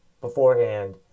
beforehand